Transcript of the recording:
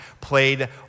played